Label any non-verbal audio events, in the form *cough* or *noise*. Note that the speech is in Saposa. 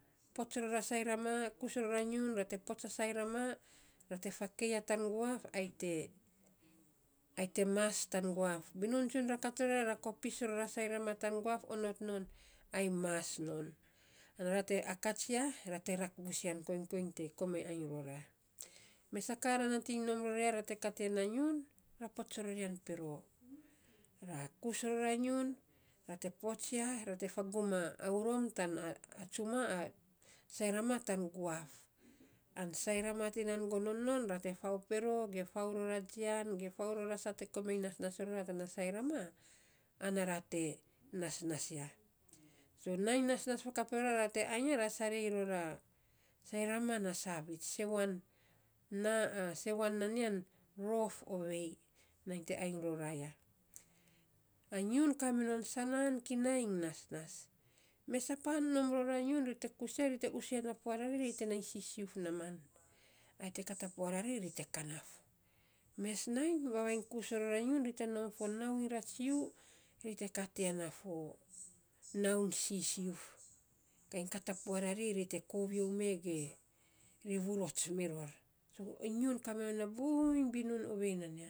Pots ro a sairama, kus ror a nyiun ra te pot a sairama, ra te fakei ya tan guaf, ai te ai te mas tan guaf. Binun tsun ra kat ror ya ra kopis ror a sairama tan guaf onot non ai mas non. Ana ra te akats ya, ra te rak bus yan koiny te komainy ainy rora. Mes a ka ra nating nom ror ya ra te kat ya na nyiun, ra pots ron ya pero, ra kus ror a nyiun ra te pots ya, ra te fa guri, a aurom, a tsuma, a sairama tan guaf, an sairam yan te gonon nan ra te fau ero ge fau ror a jian ge fau ror a saa te komainy nasnas tana sairama ana ra te fau pero ge fau ror a jian ge fau ror a saa te komainy nasnas rora tana sairama ana ra te nasnas ya. So nainy nasnas fakap ro ya ra te ainy ya ra te sarei ror a sairama na saviits, sewan *hesitation* nan ya rof ovei nainy te ainy rora ya. A nyiun kaminon sanaan kinai iny nasnas. Mesapan nom ror a nyiun ri te kus ya ri te us ya na pua rari ri te nai sisiuf namaan ai te kat a pua rari ai te kanaf. Mes nainy vavainy nom ro a nom ri te kus ri te nom nau iny in ratsu ri te kat ya na fo nau iny sisiuf. Kainy kat a pua rari ri te kovio me ge vurots miro. *hesitation* nyiun kaminon a buiny binun ovei nan ya.